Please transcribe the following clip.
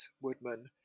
Woodman